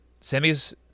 Sammy's